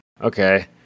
okay